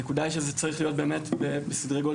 הנקודה היא שזה צריך להיות בסדרי גודל